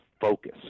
focus